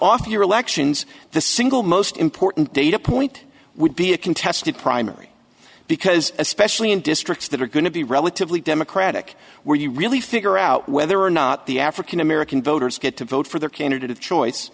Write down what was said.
off year elections the single most important data point would be a contested primary because especially in districts that are going to be relatively democratic where you really figure out whether or not the african american voters get to vote for their candidate of choice